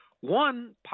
One